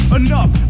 enough